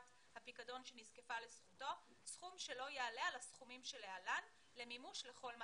הפיקדון שנזקפה לזכותו סכום שלא יעלה על שיעורים אלה למימוש לכל מטרה: